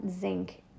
zinc